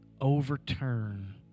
overturn